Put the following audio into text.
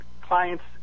clients